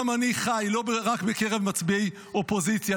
גם אני חי לא רק בקרב מצביעי אופוזיציה.